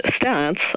stance